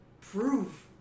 prove